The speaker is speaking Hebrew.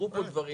נאמרו כאן דברים.